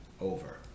over